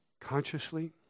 Consciously